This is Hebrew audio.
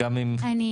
וגם עם --- רן,